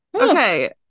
Okay